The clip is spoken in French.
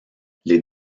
les